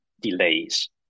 delays